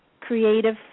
creative